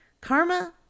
karma